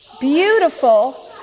beautiful